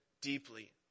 deeply